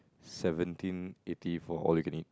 seventeen eighty for all you can eat